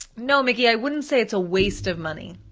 no, mickey, i wouldn't say it's a waste of money.